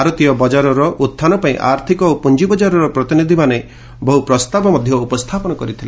ଭାରତୀୟ ବଜାରର ଉତ୍ସାନ ପାଇଁ ଆର୍ଥିକ ଓ ପୁଞ୍ଜିବଜାରର ପ୍ରତିନିଧିମାନେ ବହୁ ପ୍ରସ୍ତାବ ଉପସ୍ଥାପନ କରିଥିଲେ